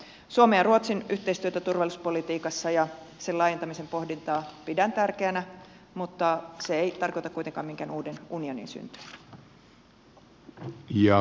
suomen ja ruotsin yhteistyötä turvallisuuspolitiikassa ja sen laajentamisen pohdintaa pidän tärkeänä mutta se ei tarkoita kuitenkaan minkään uuden unionin syntyä